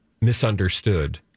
misunderstood